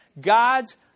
God's